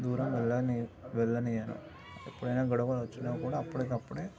దూరం వెళ్ళని వెళ్లనీయను ఎప్పుడైనా గొడవలు వచ్చినప్పుడు అప్పటికి అప్పుడే